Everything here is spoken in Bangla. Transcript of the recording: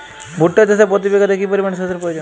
ভুট্টা চাষে প্রতি বিঘাতে কি পরিমান সেচের প্রয়োজন?